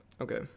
Okay